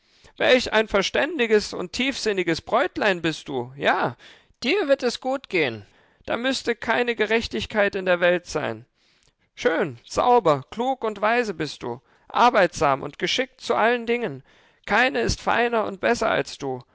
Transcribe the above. welch ein verständiges und tiefsinniges bräutlein bist du ja dir wird es gut gehen da müßte keine gerechtigkeit in der welt sein schön sauber klug und weise bist du arbeitsam und geschickt zu allen dingen keine ist feiner und besser als du